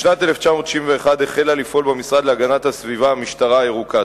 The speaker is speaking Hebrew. בשנת 1991 החלה לפעול במשרד להגנת הסביבה המשטרה הירוקה.